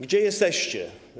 Gdzie jesteście?